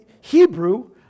Hebrew